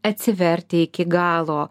atsiverti iki galo